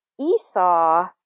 Esau